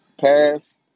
pass